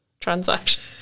transaction